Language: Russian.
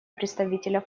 представителя